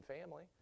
family